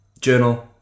Journal